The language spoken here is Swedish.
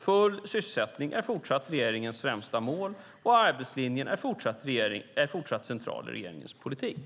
Full sysselsättning är fortsatt regeringens främsta mål och arbetslinjen är fortsatt central i regeringens politik.